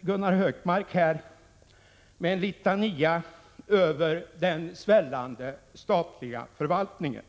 Gunnar Hökmark inledde med en litania över den svällande statliga förvaltningen.